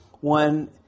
one